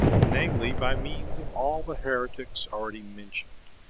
namely, by means of all the heretics already mentioned.